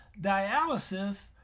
dialysis